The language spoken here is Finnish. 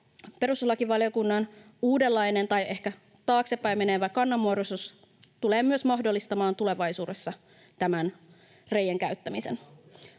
perustuslakivaliokunnan uudenlainen tai ehkä taaksepäin menevä kannanmuodostus tulee myös mahdollistamaan tulevaisuudessa tämän reitin käyttämisen.